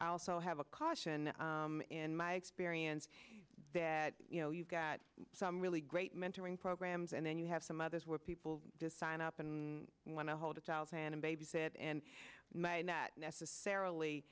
our so have a caution in my experience that you know you've got some really great mentoring programs and then you have some others where people to sign up and want to hold a child and babysit and may not necessarily